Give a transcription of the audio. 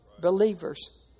believers